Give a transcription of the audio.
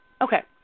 Okay